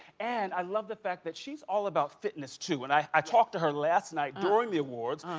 and, i love the fact that she's all about fitness too. and, i i talked to her last night during the awards,